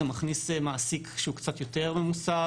זה מכניס מעסיק שהוא קצת יותר ממוסד,